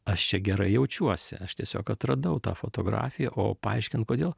aš čia gerai jaučiuosi aš tiesiog atradau tą fotografiją o paaiškint kodėl